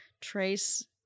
Trace